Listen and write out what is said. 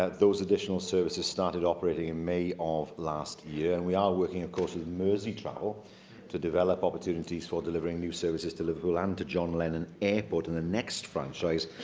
ah those additional services started operating in may of last year, and we are working, of course, with merseytravel to develop opportunities for delivering new services to liverpool and to john lennon airport in the next franchise,